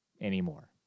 anymore